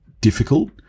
difficult